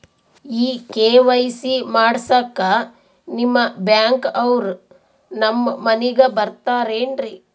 ಈ ಕೆ.ವೈ.ಸಿ ಮಾಡಸಕ್ಕ ನಿಮ ಬ್ಯಾಂಕ ಅವ್ರು ನಮ್ ಮನಿಗ ಬರತಾರೆನ್ರಿ?